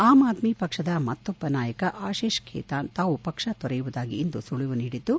am Aadmi ಪಕ್ಷದ ಮತ್ತೊಬ್ಬ ನಾಯಕ ಆಶಿಷ್ ಖೇತಾನ್ ತಾವು ಪಕ್ಷವನ್ನು ತೊರೆಯುವುದಾಗಿ ಇಂದು ಸುಳವು ನೀಡಿದ್ದು